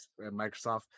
Microsoft